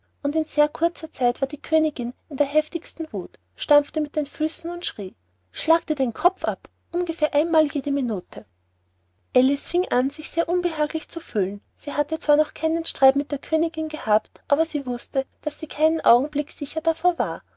und in sehr kurzer zeit war die königin in der heftigsten wuth stampfte mit den füßen und schrie schlagt ihr den kopf ab ungefähr ein mal jede minute alice fing an sich sehr unbehaglich zu fühlen sie hatte zwar noch keinen streit mit der königin gehabt aber sie wußte daß sie keinen augenblick sicher davor war